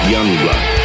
Youngblood